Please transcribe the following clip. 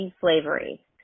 slavery